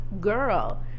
girl